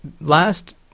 last